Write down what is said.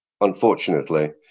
unfortunately